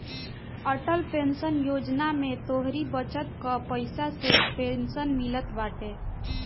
Atal pension योजना में तोहरी बचत कअ पईसा से पेंशन मिलत बाटे